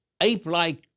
ape-like